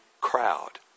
crowd